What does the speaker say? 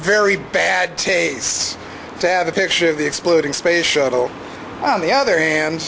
very bad taste to have a picture of the exploding space shuttle on the other hand